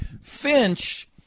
finch